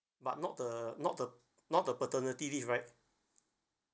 but not the not the not the paternity leave right